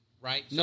Right